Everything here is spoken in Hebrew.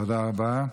תודה רבה.